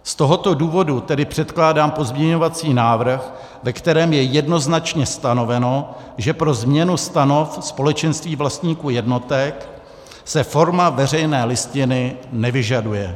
Z tohoto důvodu tedy předkládám pozměňovací návrh, ve kterém je jednoznačně stanoveno, že pro změnu stanov společenství vlastníků jednotek se forma veřejné listiny nevyžaduje.